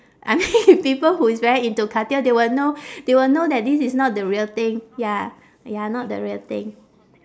I mean people who is very into cartier they will know they will know that this is not the real thing ya ya not the real thing